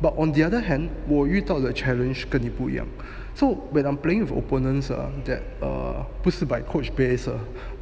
but on the other hand 我遇到的 challenge 跟你不一样 so when I'm playing of opponents are that err 不是 by coach based